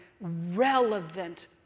relevant